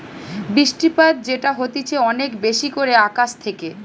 বৃষ্টিপাত যেটা হতিছে অনেক বেশি করে আকাশ থেকে